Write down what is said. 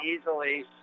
easily